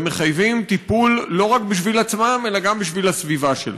וחייבים טיפול לא רק בשביל עצמם אלא גם בשביל הסביבה שלהם.